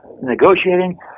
negotiating